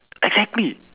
exactly